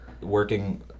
working